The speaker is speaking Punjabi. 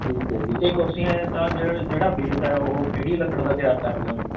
ਠੀਕ ਹੈ ਜੀ ਇਹ ਕੁਰਸੀਆਂ ਐਂ ਤਾਂ ਜਿਹੜਾ ਜਿਹੜਾ ਬੇਸ ਹੈ ਉਹ ਕਿਹੜੀ ਲੱਕੜ ਦਾ ਤਿਆਰ ਕਰਦੇ ਹੋ ਜੀ